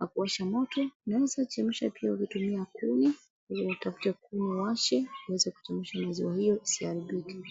na kuwasha moto. Unaweza chemsha pia ukitumia kuni, uliyetafuta kuni uwashe uweze kuchemsha maziwa hiyo isiharibike.